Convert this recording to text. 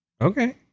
Okay